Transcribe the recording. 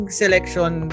selection